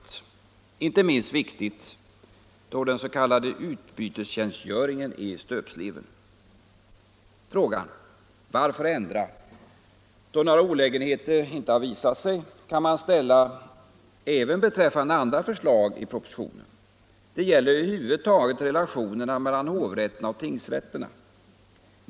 Det är inte minst viktigt då den s.k. utbytestjänstgöringen är i stöpsleven. Frågan: Varför ändra, då några olägenheter ej visat sig? kan man ställa också beträffande andra förslag i propositionen. Det gäller över huvud taget relationerna mellan hovrätterna och tingsrätterna.